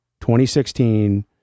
2016